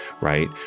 right